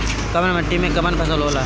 कवन माटी में कवन फसल हो ला?